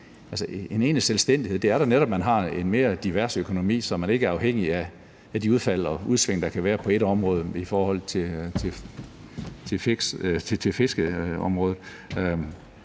en egentlig selvstændighed, altså at man har en mere diversificeret økonomi, så man ikke er afhængig af de udfald og udsving, der kan være på et område, altså i forhold til fiskeriområdet.